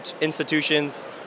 institutions